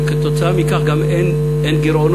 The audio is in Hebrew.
וכתוצאה מכך גם אין גירעונות,